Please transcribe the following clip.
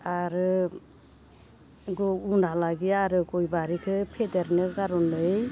आरो उनहालागि आरो गय बारिखो फेदेरनो खार'नै